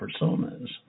personas